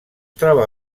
troba